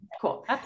cool